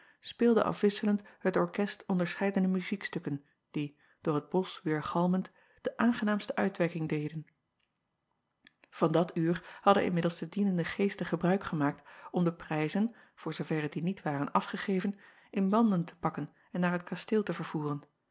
speelde afwisselend het orkest onderscheidene muziekstukken die door het bosch weêrgalmend de aangenaamste uitwerking deden an dat uur hadden inmiddels de dienende geesten gebruik gemaakt om de prijzen voor zooverre die niet waren afgegeven in manden te pakken en naar het kasteel te vervoeren